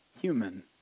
human